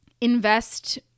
invest